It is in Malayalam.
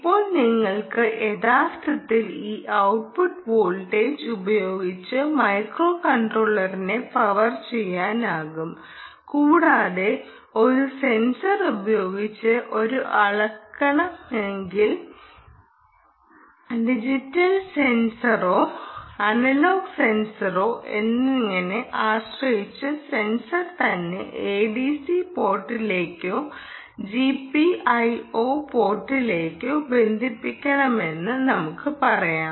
ഇപ്പോൾ നിങ്ങൾക്ക് യഥാർത്ഥത്തിൽ ഈ ഔട്ട്പുട്ട് വോൾട്ടേജ് ഉപയോഗിച്ച് മൈക്രോകൺട്രോളറിനെ പവർ ചെയ്യാനാകും കൂടാതെ ഒരു സെൻസർ ഉപയോഗിച്ച് ഒരു അളക്കണമെന്കിൽ ഡിജിറ്റൽ സെൻസറാണോ അനലോഗ് സെൻസറാണോ എന്നതിനെ ആശ്രയിച്ച് സെൻസർ തന്നെ എഡിസി പോർട്ടിലേക്കോ ജിപിഐഒ പോർട്ടിലേക്കോ ബന്ധിപ്പിക്കണമെന്ന് നമുക്ക് പറയാം